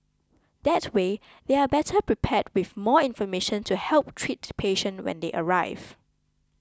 that way they are better prepared with more information to help treat the patient when they arrive